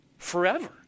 forever